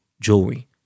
jewelry